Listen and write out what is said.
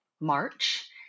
March